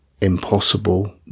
impossible